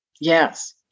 Yes